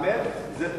האמת שזה טוב,